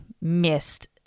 missed